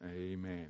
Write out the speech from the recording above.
amen